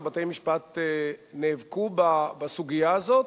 ובתי-משפט נאבקו בסוגיה הזאת,